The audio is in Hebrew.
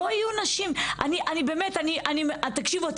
תקשיבו,